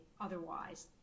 otherwise